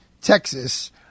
Texas